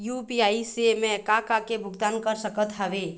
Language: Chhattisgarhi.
यू.पी.आई से मैं का का के भुगतान कर सकत हावे?